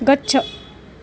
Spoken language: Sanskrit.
गच्छ